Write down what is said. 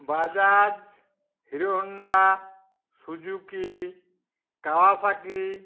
Bajaj Hero Honda Suzuki Kawasaki